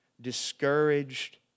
discouraged